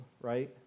right